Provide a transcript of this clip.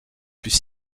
plus